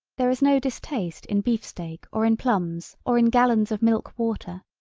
there is no distaste in beefsteak or in plums or in gallons of milk water,